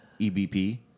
EBP